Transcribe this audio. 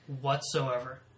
whatsoever